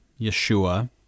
Yeshua